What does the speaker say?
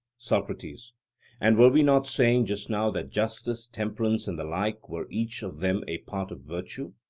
socrates and were we not saying just now that justice, temperance, and the like, were each of them a part of virtue?